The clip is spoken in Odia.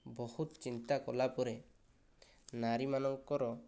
ବହୁତ ଚିନ୍ତା କଲା ପରେ ନାରୀ ମାନଙ୍କର